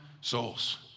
souls